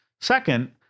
Second